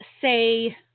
say